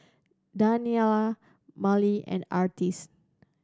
Daniela Marley and Artis